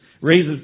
raises